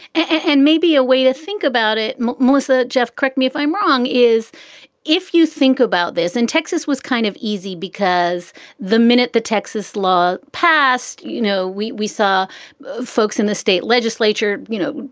and maybe a way to think about it melissa. jeff, correct me if i'm wrong, is if you think about this in texas was kind of easy because the minute the texas law passed, you know, we we saw folks in the state legislature, you know,